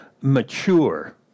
mature